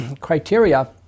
criteria